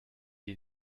est